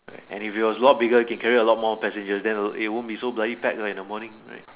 and if it was a lot more bigger it can carry a lot more passenger than won't be so bloody packed in the morning right